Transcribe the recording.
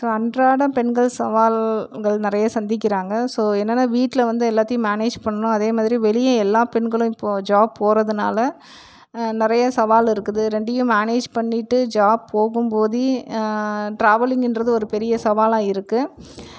so அன்றாடம் பெண்கள் சவால்கள் நிறைய சந்திக்கிறாங்கள் ஸோ என்னன்னா வீட்டில வந்து எல்லாத்தையும் மேனேஜ் பண்ணணும் அதேமாதிரி வெளியே எல்லா பெண்களும் இப்போது ஜாப் போகிறதுனால நிறையா சவால் இருக்குது ரெண்டயும் மேனேஜ் பண்ணிட்டு ஜாப் போகும் போது ட்ராவலிங்ன்றது ஒரு பெரிய சவாலாக இருக்குது